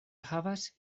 havas